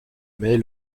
mais